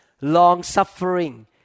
long-suffering